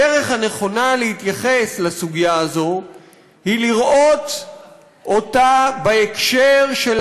הדרך הנכונה להתייחס לסוגיה הזאת היא לראות אותה בהקשר של